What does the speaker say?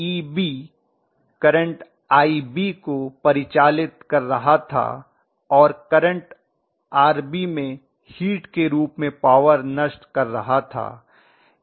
Eb current Ib को परिचालित कर रहा था और करंट Rb में हीट के रूप में पॉवर नष्ट कर रहा था